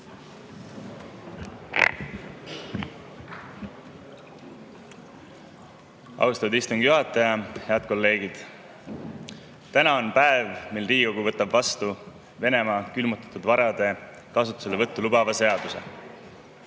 Austatud istungi juhataja! Head kolleegid! Täna on päev, mil Riigikogu võtab vastu Venemaa külmutatud varade kasutuselevõttu lubava seaduse.